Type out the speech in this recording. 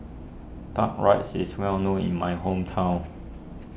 Duck Rice is well known in my hometown